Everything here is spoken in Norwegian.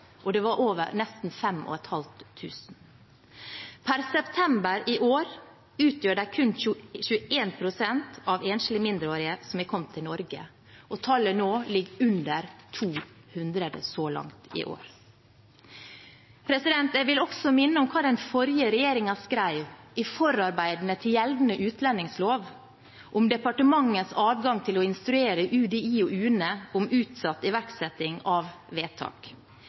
og det var nesten 5 500. Per september i år utgjør de kun 21 pst. av enslige mindreårige som har kommet til Norge. Tallet så langt i år er under 200. Jeg vil også minne om hva den forrige regjeringen skrev i forarbeidene til gjeldende utlendingslov, om departementets adgang til å instruere UDI og UNE om utsatt iverksetting av vedtak.